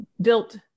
built